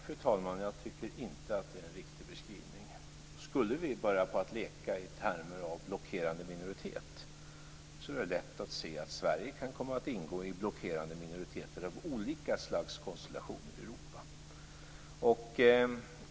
Fru talman! Nej, jag tycker inte att det är en riktig beskrivning. Skulle vi börja leka i termer av blockerande minoritet är det lätt att se att Sverige kan komma att ingå i blockerande minoriteter av olika slags konstellationer i Europa.